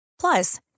Plus